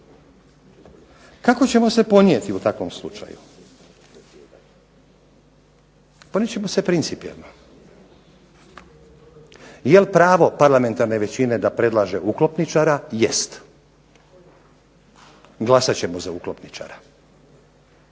Kako ćemo se ponijeti u takvom slučaju? Ponijet ćemo se principijelno. Jel pravo parlamentarne većine da predlaže uklopničara? Jest. Glasat ćemo za uklopničara,